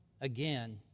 again